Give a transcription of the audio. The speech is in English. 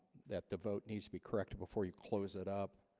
that the vote needs to be corrected before you close it up